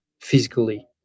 physically